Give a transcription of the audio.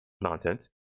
nonsense